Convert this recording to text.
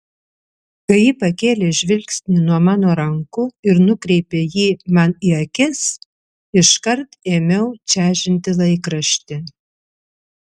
kai ji pakėlė žvilgsnį nuo mano rankų ir nukreipė jį man į akis iškart ėmiau čežinti laikraštį